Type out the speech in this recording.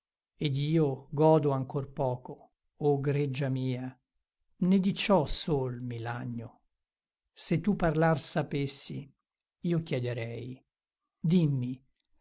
ed io godo ancor poco o greggia mia né di ciò sol mi lagno se tu parlar sapessi io chiederei dimmi